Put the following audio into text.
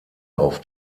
auf